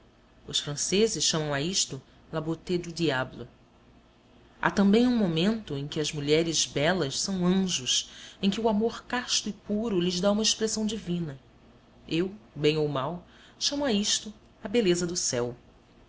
os franceses chamam a isto la beauté du diable há também um momento em que as mulheres belas são anjos em que o amor casto e puro lhes dá uma expressão divina eu bem ou mal chamo a isto a beleza do céu